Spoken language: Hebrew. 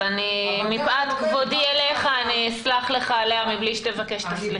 אבל מפאת כבודי אליך אני אסלח לך עליה מבלי שתבקש סליחה.